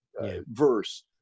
verse